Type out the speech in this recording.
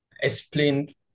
explain